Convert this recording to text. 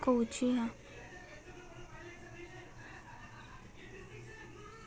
वरिष्ठ नागरिक बचत योजना जमा खाता पांच या तीन वर्ष तक बढ़ल जा हइ